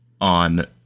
on